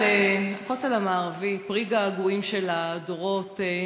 שהכותל המערבי, פרי געגועים של דורות,